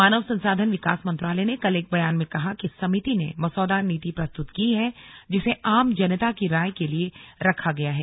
मानव संसाधन विकास मंत्रालय ने कल एक बयान में कहा कि समिति ने मसौदा नीति प्रस्तुत की है जिसे आम जनता की राय के लिए रखा गया है